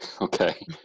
Okay